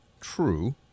true